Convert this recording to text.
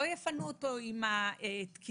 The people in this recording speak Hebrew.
לא יפנו אותו עם ה"תקינה"